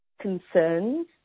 concerns